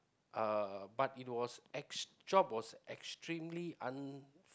uh but it was ex~ job was extremely un~